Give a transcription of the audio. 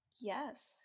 Yes